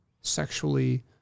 sexually